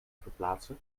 verplaatsen